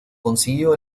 consiguió